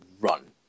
run